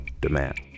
demand